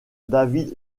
david